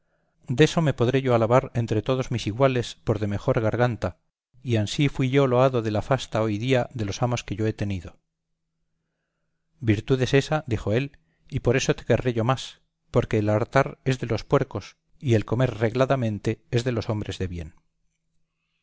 dios deso me podré yo alabar entre todos mis iguales por de mejor garganta y ansí fui yo loado della fasta hoy día de los amos que yo he tenido virtud es ésa dijo él y por eso te querré yo más porque el hartar es de los puercos y el comer regladamente es de los hombres de bien